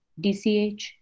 dch